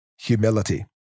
humility